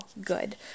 good